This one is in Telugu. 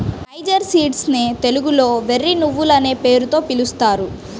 నైజర్ సీడ్స్ నే తెలుగులో వెర్రి నువ్వులనే పేరుతో పిలుస్తారు